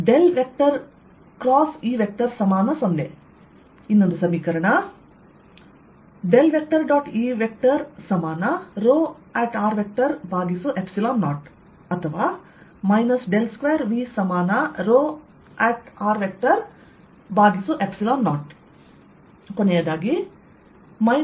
E V E0